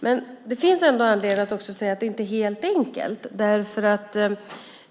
Men det finns ändå anledning att säga att det inte är helt enkelt, därför att